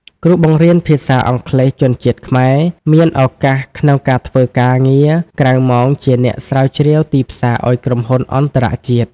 គ្រូបង្រៀនភាសាអង់គ្លេសជនជាតិខ្មែរមានឱកាសក្នុងការធ្វើការងារក្រៅម៉ោងជាអ្នកស្រាវជ្រាវទីផ្សារឱ្យក្រុមហ៊ុនអន្តរជាតិ។